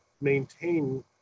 maintain